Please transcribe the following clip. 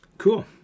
Cool